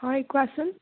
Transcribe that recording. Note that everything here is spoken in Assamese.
হয় কোৱাচোন